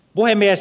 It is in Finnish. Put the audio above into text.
puhemies